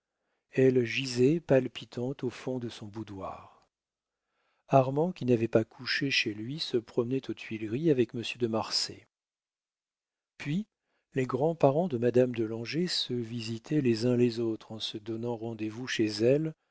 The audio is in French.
elle gisait palpitante au fond de son boudoir armand qui n'avait pas couché chez lui se promenait aux tuileries avec monsieur de marsay puis les grands-parents de madame de langeais se visitaient les uns les autres en se donnant rendez-vous chez elle